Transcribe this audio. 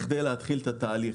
כדי להתחיל את התהליך.